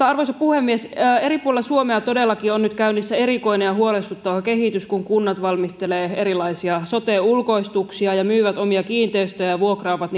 arvoisa puhemies eri puolilla suomea todellakin on nyt käynnissä erikoinen ja huolestuttava kehitys kun kunnat valmistelevat erilaisia sote ulkoistuksia ja myyvät omia kiinteistöjään ja vuokraavat